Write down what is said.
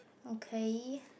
okay